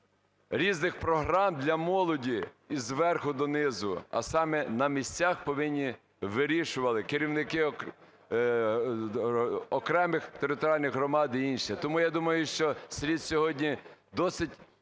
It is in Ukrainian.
різних програм для молоді зверху донизу, а саме на місцях повинні вирішувати керівники окремих територіальних громад і інші. Тому я думаю, що слід сьогодні досить